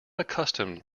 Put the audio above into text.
accustomed